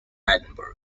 edinburgh